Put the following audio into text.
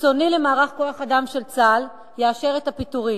חיצוני למערך כוח-האדם של צה"ל, יאשר את הפיטורים.